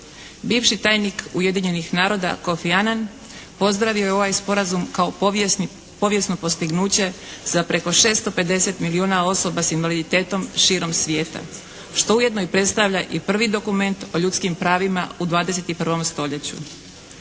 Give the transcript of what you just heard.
Bivši tajnik ujedinjenih naroda Kofi Anan pozdravio je ovaj sporazum kao povijesno postignuće sa preko 650 milijuna osoba s invaliditetom širom svijeta što ujedno predstavlja i prvi dokument o ljudskim pravima u 21. stoljeću.